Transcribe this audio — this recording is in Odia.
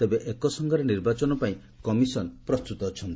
ତେବେ ଏକ ସଙ୍ଗରେ ନିର୍ବାଚନ ପାଇଁ କମିଶନ ପ୍ରସ୍ତୁତ ଅଛନ୍ତି